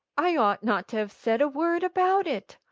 i ought not to have said a word about it.